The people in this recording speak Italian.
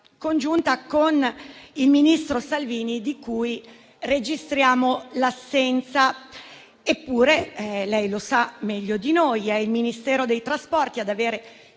congiunta con quella del ministro Salvini, di cui registriamo l'assenza. Eppure, lei sa meglio di noi che è il Ministero dei trasporti ad avere